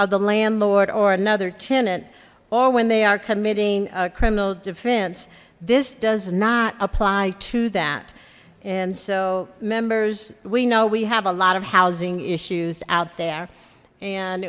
of the landlord or another tenant or when they are committing criminal defense this does not apply to that and so members we know we have a lot of housing issues out there and